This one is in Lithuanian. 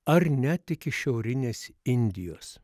ar net iki šiaurinės indijos